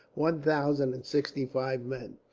one thousand and sixty-five men.